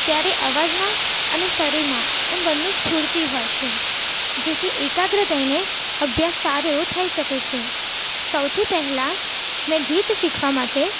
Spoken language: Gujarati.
ત્યારે અવાજમાં અને શરીરમાં એમ બંને સ્ફૂર્તિ હોય છે જેથી એકાગ્ર થઇને અભ્યાસ સારો એવો થઇ શકે છે સૌથી પહેલાં મેં ગીત શીખવા માટે